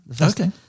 Okay